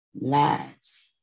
lives